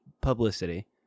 publicity